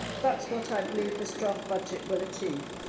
that's what i believe this draft budget will achieve.